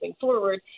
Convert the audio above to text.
forward